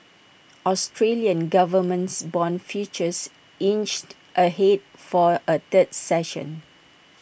Australian governments Bond futures inched ahead for A third session